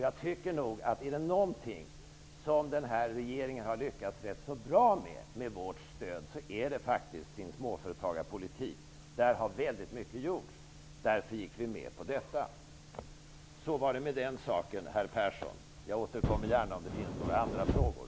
Jag tycker småföretagarpolitiken är något som denna regering med hjälp av vårt stöd har lyckats rätt bra med. Så var det med den saken, herr Persson. Jag återkommer gärna om det finns andra frågor.